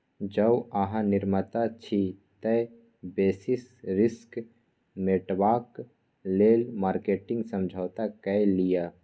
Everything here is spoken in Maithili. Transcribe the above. जौं अहाँ निर्माता छी तए बेसिस रिस्क मेटेबाक लेल मार्केटिंग समझौता कए लियौ